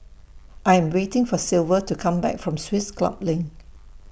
I Am waiting For Silver to Come Back from Swiss Club LINK